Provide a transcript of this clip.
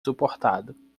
suportado